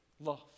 love